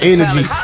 Energy